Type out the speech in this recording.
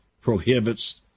prohibits